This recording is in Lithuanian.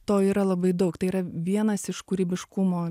to yra labai daug tai yra vienas iš kūrybiškumo